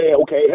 okay